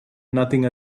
nothing